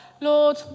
Lord